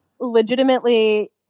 Legitimately